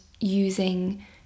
using